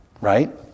Right